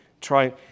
try